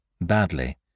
Badly